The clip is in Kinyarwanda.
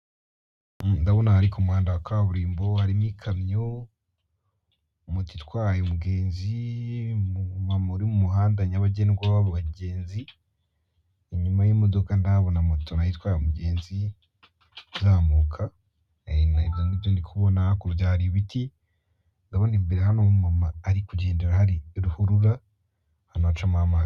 Ndabona aha ari ku muhanda wa kaburimbo harimo ikamyo, moto itwaye umugenzi, umumama uri mu muhanda nyabagendwa w'abo bagenzi, inyuma y'imodoka ndahabona moto na yo itwaye umugenzi izamuka, ni ibyo ngibyo ndi kubona hakurya hari ibiti, ndabona imbere hano umumama ari kugendera hari ruhurura, ahantu hacamo amazi.